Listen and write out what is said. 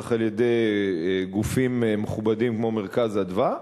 ודאי על-ידי גופים מכובדים כמו "מרכז אדוה",